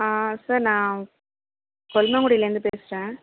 ஆ sir நான் கொழுந்தங்குடிலேர்ந்து பேசுகிறேன்